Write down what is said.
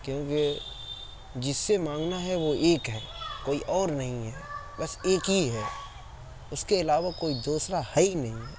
کیونکہ جس سے مانگنا ہے وہ ایک ہے کوئی اور نہیں ہے بس ایک ہی ہے اُس کے علاوہ کوئی دوسرا ہے ہی نہیں